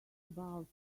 about